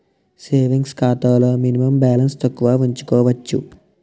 savings ఖాతాలో minimum balance తక్కువ ఉంచుకోవచ్చు